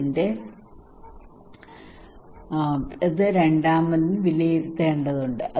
അതിനാൽ ഇത് നല്ലതാണോ അല്ലയോ എന്ന് ഞാൻ രണ്ടാമത് വിലയിരുത്തേണ്ടതുണ്ട്